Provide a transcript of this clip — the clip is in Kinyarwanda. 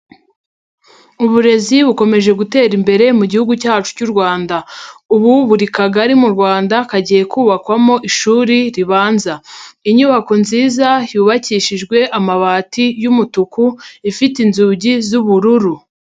Uburezi bukomeje gutera imbere mu gihugu cyacu cy'u Rwanda. Ubu buri kagari mu Rwanda kagiye kubakwamo ishuri ribanza. Inyubako nziza yubakishijwe amabati y'umutuku ifite inzugi z'ubururu.